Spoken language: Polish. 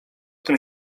tym